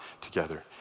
together